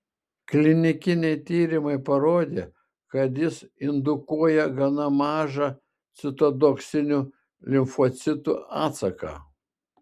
klinikiniai tyrimai parodė kad jis indukuoja gana mažą citotoksinių limfocitų atsaką